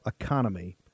economy